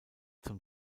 zum